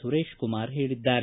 ಸುರೇಶ್ ಕುಮಾರ್ ಹೇಳಿದ್ದಾರೆ